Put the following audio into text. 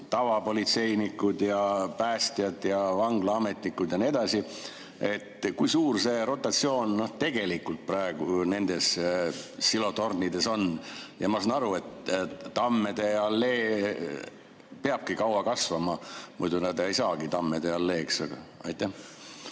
tavapolitseinikud ja päästjad ja vanglaametnikud ja nii edasi – kui suur see rotatsioon tegelikult praegu nendes silotornides on? Ma saan aru, et tammede allee peabki kaua kasvama, muidu see ei saagi tammede alleeks. Hea